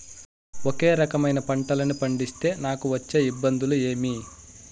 ఒకే రకమైన పంటలని పండిస్తే నాకు వచ్చే ఇబ్బందులు ఏమి?